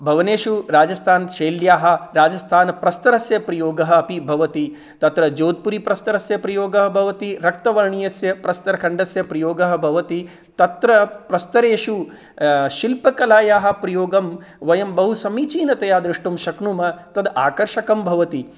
भवनेषु राजस्थानशैल्याः राजस्थानप्रस्तरस्य प्रयोगः अपि भवति तत्र जोत्पुरी प्रस्तरस्य प्रयोगः भवति रक्तवर्णियस्य प्रस्तरखण्डस्य प्रयोगः भवति तत्र प्रस्तरेषु शिल्पकलायाः प्रयोगं वयं बहु समीचीनतया द्रष्टुं शक्नुमः तद् आकर्षकं भवति